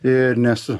ir nes